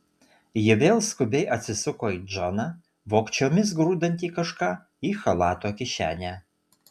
ji vėl skubiai atsisuko į džoną vogčiomis grūdantį kažką į chalato kišenę